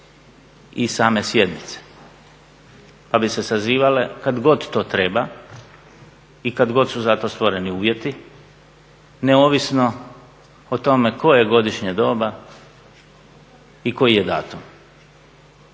i same sjednice. Pa bi se sazivale kad god to treba i kad god su za to stvoreni uvjeti neovisno o tome koje je godišnje doba i koji je datum.